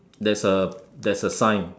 there's a there's a sign